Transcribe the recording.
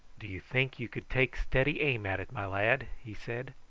do you think you could take steady aim at it, my lad? he said.